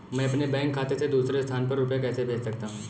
मैं अपने बैंक खाते से दूसरे स्थान पर रुपए कैसे भेज सकता हूँ?